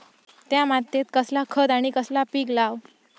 त्या मात्येत कसला खत आणि कसला पीक लाव?